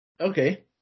Okay